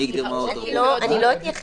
אני לא רואה